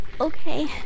okay